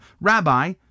Rabbi